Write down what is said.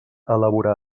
elaborades